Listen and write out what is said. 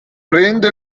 prende